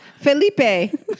Felipe